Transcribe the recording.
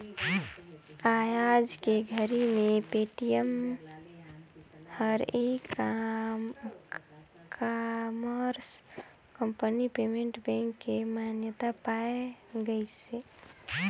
आयज के घरी मे पेटीएम हर e commerce company payment bank के मान्यता पाए गइसे